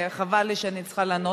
וחבל לי שאני צריכה לענות.